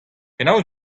penaos